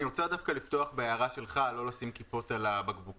אני רוצה לפתוח דווקא בהערה שלך לא לשים כיפות על הבקבוקים.